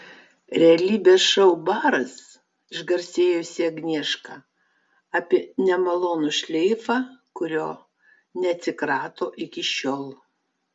realybės šou baras išgarsėjusi agnieška apie nemalonų šleifą kurio neatsikrato iki šiol